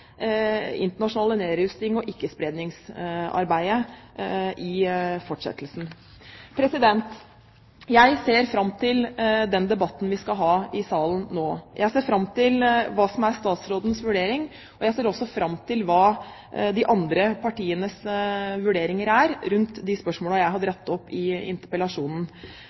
internasjonale nedrustnings- og ikkespredningsarbeidet i fortsettelsen. Jeg ser fram til den debatten vi skal ha i salen nå. Jeg ser fram til hva som er statsrådens vurdering, og jeg ser også fram til de andre partienes vurderinger rundt de spørsmålene jeg har dratt opp i interpellasjonen.